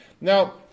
Now